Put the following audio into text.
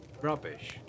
rubbish